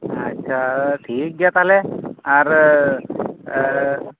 ᱟᱪᱪᱷᱟ ᱴᱷᱤᱠ ᱜᱮᱭᱟ ᱛᱟᱦᱞᱮ ᱟᱨᱻ ᱮᱻᱻ